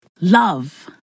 love